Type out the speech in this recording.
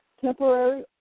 temporary